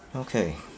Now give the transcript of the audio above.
okay